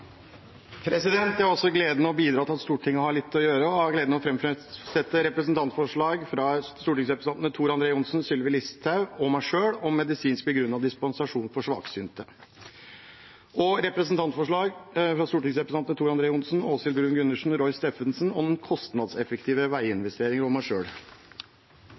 Jeg har også gleden av å bidra til at Stortinget har litt å gjøre, og har gleden av å framføre et representantforslag fra stortingsrepresentantene Tor André Johnsen, Sylvi Listhaug og meg selv om medisinsk begrunnet dispensasjon for svaksynte, og et representantforslag fra stortingsrepresentantene Tor André Johnsen, Åshild Bruun-Gundersen, Roy Steffensen om kostnadseffektive veiinvesteringer – og meg